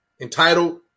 Entitled